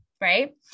right